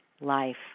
life